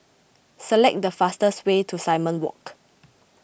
select the fastest way to Simon Walk